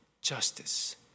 justice